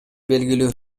белгилүү